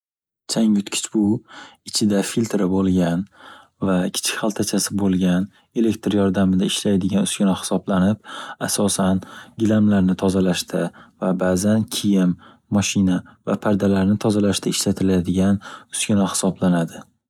Changyutkich bu, ichida filtri boʻlgan va kichik xaltachasi boʻlgan elektr yordamida ishlaydigan uskuna hisoblanib, asosan gilamlarni tozalashda va baʼzan kiyim, mashina va pardalarni tozalashda ishlatiladigan uskuna hisoblanadi.